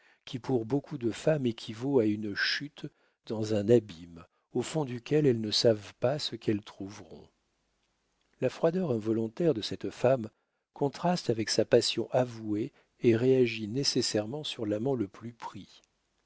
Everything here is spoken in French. qui pour beaucoup de femmes équivaut à une chute dans un abîme au fond duquel elles ne savent pas ce qu'elles trouveront la froideur involontaire de cette femme contraste avec sa passion avouée et réagit nécessairement sur l'amant le plus épris